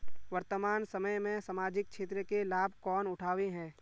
वर्तमान समय में सामाजिक क्षेत्र के लाभ कौन उठावे है?